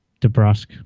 DeBrusque